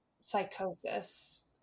psychosis